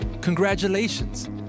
congratulations